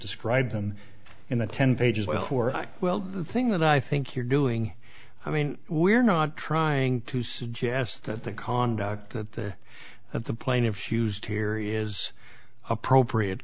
described them in the ten pages well well the thing that i think you're doing i mean we're not trying to suggest that the conduct that the that the plaintiffs used here is appropriate